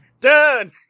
Done